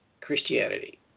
Christianity